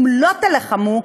אם לא תילחמו,